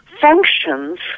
functions